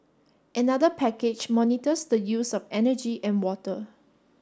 another package monitors the use of energy and water